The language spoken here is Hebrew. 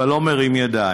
אבל לא מרים ידיים.